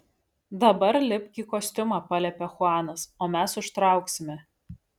dabar lipk į kostiumą paliepė chuanas o mes užtrauksime